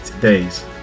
days